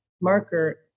marker